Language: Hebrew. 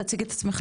תציג את עצמך.